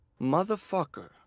Motherfucker